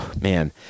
Man